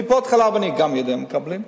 טיפות-חלב, אני גם יודע שהם מקבלים.